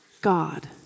God